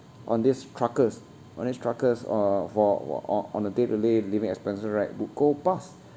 on these truckers on these truckers uh for on on a day to live living expenses right would go pass